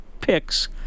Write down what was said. picks